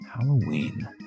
Halloween